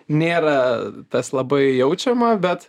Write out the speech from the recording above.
nėra tas labai jaučiama bet